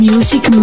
Music